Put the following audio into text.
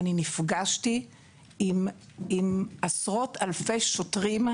אני נפגשתי עם עשרות אלפי שוטרים,